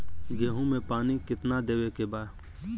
गेहूँ मे पानी कितनादेवे के बा?